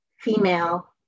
female